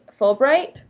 Fulbright